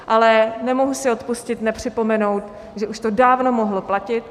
Ale nemohu si odpustit nepřipomenout, že už to dávno mohlo platit.